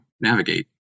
navigate